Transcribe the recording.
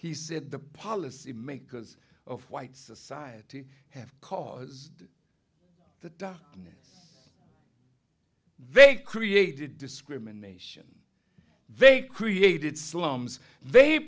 he said the policy makers of white society have caused the darkness they created discrimination they created slums they